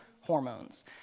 hormones